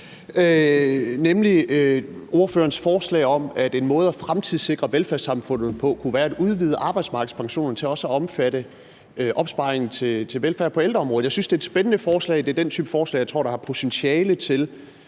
nemlig ordførerens forslag om, at en måde at fremtidssikre velfærdssamfundet på kunne være at udvide arbejdsmarkedspensionerne til også at omfatte opsparing til velfærd på ældreområdet. Jeg synes, det er et spændende forslag. Det er den type forslag, jeg tror har potentiale til